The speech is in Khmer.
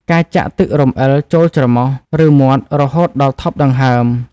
ការចាក់ទឹករំអិលចូលច្រមុះ ឬមាត់រហូតដល់ថប់ដង្ហើម។